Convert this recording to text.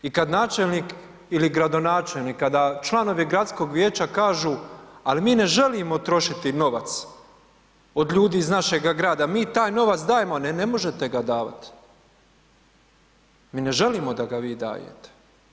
I kad načelnik ili gradonačelnik, kada članovi gradskog vijeća kažu, al mi ne želimo trošiti novac od ljudi iz našega grada, mi taj novac dajemo, ne ne možete ga davat, mi ne želimo da ga vi dajete.